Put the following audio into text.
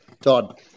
Todd